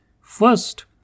First